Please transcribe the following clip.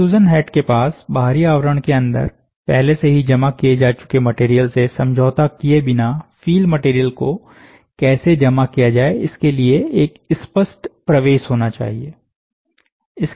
extrusion head के पास बाहरी आवरण के अंदर पहले ही जमा किए जा चुके मटेरियल से समझौता किए बिना फील मटेरियल को कैसे जमा किया जाए इसके लिए एक स्पष्ट प्रवेश होना चाहिए